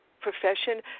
profession